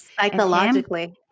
Psychologically